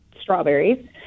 strawberries